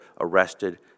arrested